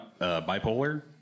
bipolar